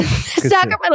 Sacramento